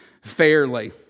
fairly